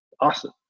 awesome